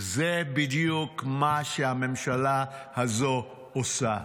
זה בדיוק מה שהממשלה הזו עושה.